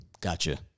Gotcha